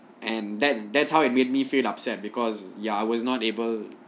and that that's how it made me feel upset because ya I was not able